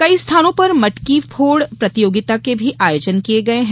कई स्थानों पर मटकी फोड प्रतियोगिता के भी आयोजन किये गये है